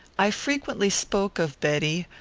i frequently spoke of betty,